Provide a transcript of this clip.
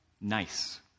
Nice